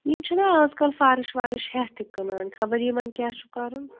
یِم چھِنا آز کَل فَرٕش وَرٕش ہٮ۪تھ تہِ کٕنان خبر یِمَن کیٛاہ چھُ کَرُن